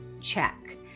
check